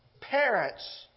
parents